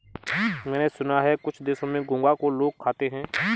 मैंने सुना है कुछ देशों में घोंघा को लोग खाते हैं